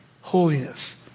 Holiness